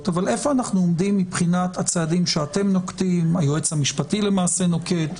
אבל איפה אנחנו עומדים מבחינת הצעדים שהיועץ המשפטי נוקט?